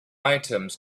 items